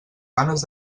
ganes